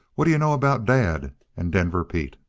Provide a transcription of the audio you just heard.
what d'you know about dad and denver pete?